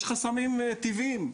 ישנם חסמים טבעיים.